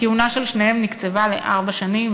הכהונה של שניהם נקצבה לארבע שנים,